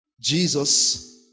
Jesus